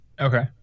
okay